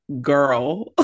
girl